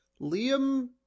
Liam